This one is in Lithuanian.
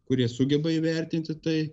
kurie sugeba įvertinti tai